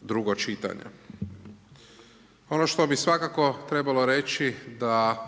drugo čitanje. Ono što bih svakako trebalo reći da